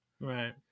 right